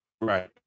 Right